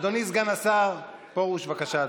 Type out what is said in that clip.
אדוני סגן השר פרוש, בבקשה,